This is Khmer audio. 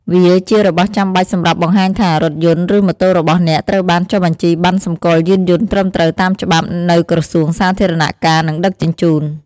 វាជារបស់ចាំបាច់សម្រាប់បង្ហាញថា រថយន្ត ឬម៉ូតូរបស់អ្នកត្រូវបាន ចុះបញ្ជីប័ណ្ណសម្គាល់យានយន្តត្រឹមត្រូវតាមច្បាប់ នៅក្រសួងសាធារណការ និងដឹកជញ្ជូន។